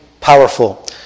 powerful